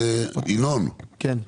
ינון,